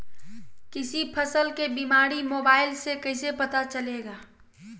किसी फसल के बीमारी मोबाइल से कैसे पता चलेगा?